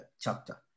chapter